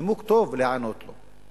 נימוק טוב להיענות לו.